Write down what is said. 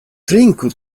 trinku